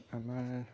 আমাৰ